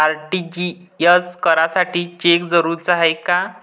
RTGS करासाठी cheque जरुरीचा हाय काय?